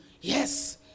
yes